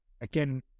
again